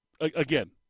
Again